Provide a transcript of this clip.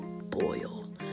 boil